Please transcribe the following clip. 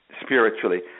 spiritually